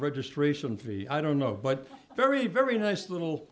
registration fee i don't know but very very nice little